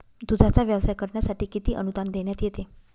दूधाचा व्यवसाय करण्यासाठी किती अनुदान देण्यात येते?